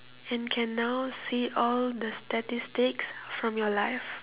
and can now see all the statistics from your life